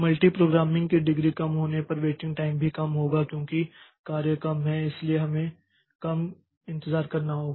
multiprogramming की degree कम होने पर वेटिंग टाइम भी कम होगा क्योंकि कार्य कम हैं इसलिए हमें कम इंतजार करना होगा